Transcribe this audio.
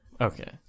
Okay